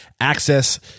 access